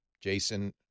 Jason